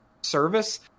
service